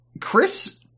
Chris